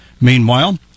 Meanwhile